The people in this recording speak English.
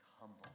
humble